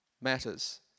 Matters